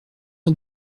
est